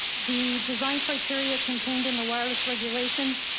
the design criteria contained in the wireless regulations.